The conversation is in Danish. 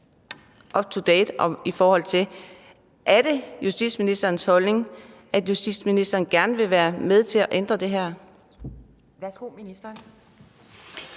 up to date, i forhold til om det er justitsministerens holdning, at justitsministeren gerne vil være med til at ændre det her. Kl. 13:05 Anden